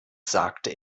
sagte